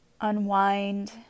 Unwind